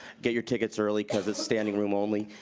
get your tickets early, cuz it's standing room only.